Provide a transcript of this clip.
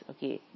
Okay